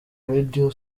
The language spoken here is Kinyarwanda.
radio